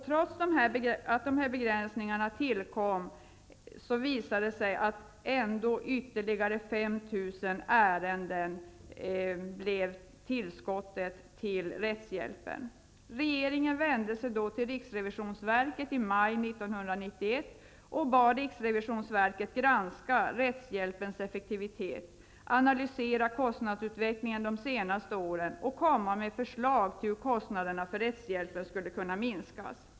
Trots att dessa begränsningar tillkom visade det sig att ytterligare Regeringen vände sig då till riksrevisionsverket i maj 1991 och bad riksrevisionsverket att granska rättshjälpens effektivitet, analysera kostnadsutvecklingen under de senaste åren och komma med förslag till hur kostnaderna för rättshjälpen skulle kunna minskas.